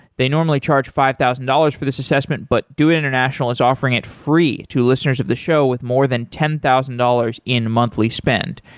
they normally charge five thousand dollars for this assessment, but doit international is offering it free to listeners of the show with more than ten thousand dollars in monthly spend.